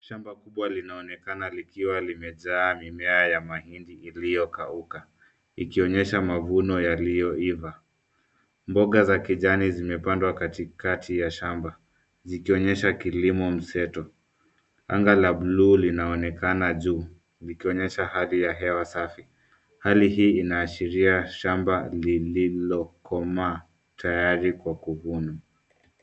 Shamba kubwa linaonekana likiwa limejaa mimea ya mahindi iliyokauka, ikionyesha mafuno yaliyoifa. Mboga za kijani zimepandwa katikati ya shamba zikionyesha, kilimo mzeto, anga la blue linaonekana juu likionyesha hali ya hewa safi. Hali hii inaashiria shamba lilikomaa tayari Kwa kufunwa